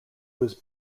was